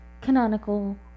canonical